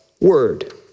word